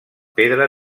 pedra